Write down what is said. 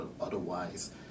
otherwise